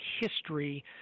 history